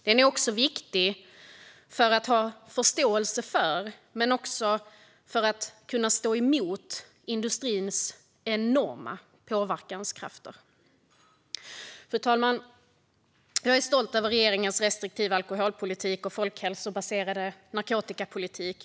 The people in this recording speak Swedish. Den är viktig för att ha förståelse för, men också kunna stå emot, industrins enorma påverkanskrafter. Fru talman! Jag är stolt över regeringens restriktiva alkoholpolitik och folkhälsobaserade narkotikapolitik.